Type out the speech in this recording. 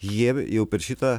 jie jau per šitą